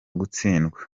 gutsindwa